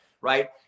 Right